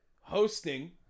hosting